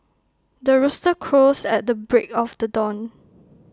the rooster crows at the break of the dawn